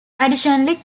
additionally